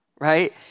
Right